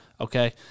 okay